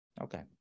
Okay